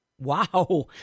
Wow